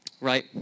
right